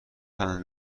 خنده